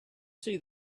see